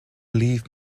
leave